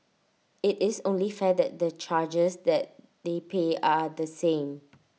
IT is only fair that the charges that they pay are the same